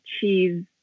cheese